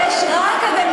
יש רק,